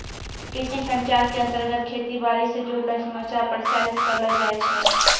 कृषि संचार के अंतर्गत खेती बाड़ी स जुड़लो समाचार प्रसारित करलो जाय छै